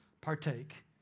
partake